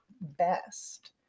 best